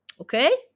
Okay